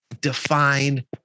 define